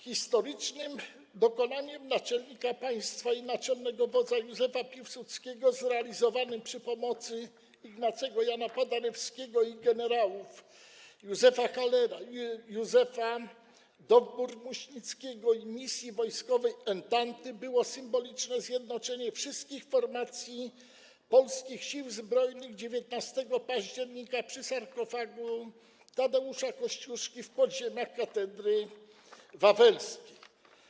Historycznym dokonaniem naczelnika państwa i naczelnego wodza Józefa Piłsudskiego zrealizowanym przy pomocy Ignacego Jana Paderewskiego i generałów Józefa Hallera i Józefa Dowbor-Muśnickiego oraz misji wojskowej ententy było symboliczne zjednoczenie wszystkich formacji Polskich Sił Zbrojnych 19 października przy sarkofagu Tadeusza Kościuszki w podziemiach katedry wawelskiej.